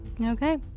Okay